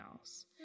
else